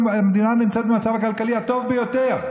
המדינה נמצאת במצב הכלכלי הטוב ביותר,